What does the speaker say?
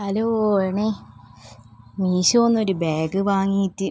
hello ആണേ മീഷോന്ന് ഒരു ബാഗ് വാങ്ങിയിട്ട്